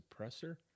suppressor